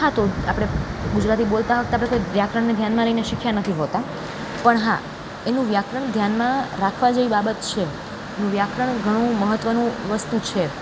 હા તો આપણે ગુજરાતી બોલતા વખતે કંઈ વ્યાકરણને ધ્યાનમાં લઈને શીખ્યા નથી હોતા પણ હા એનું વ્યાકરણ ધ્યાનમાં રાખવા જેવી બાબત છે એનું વ્યાકરણ ઘણું મહત્ત્વનું વસ્તુ છે આ